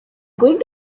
going